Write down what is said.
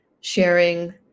sharing